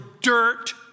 dirt